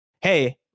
hey